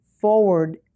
forward